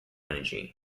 energy